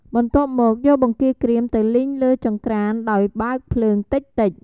បន្ទាប់មកយកបង្គារក្រៀមទៅលីងលើចង្ក្រានដោយបើកភ្លើងតិចៗ។